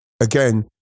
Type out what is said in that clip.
again